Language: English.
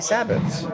Sabbaths